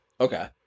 okay